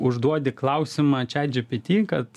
užduodi klausimą chat gpt kad